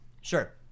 Sure